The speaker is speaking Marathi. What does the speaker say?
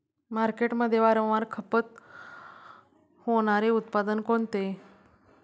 मार्केटमध्ये वारंवार खपत होणारे उत्पादन कोणते?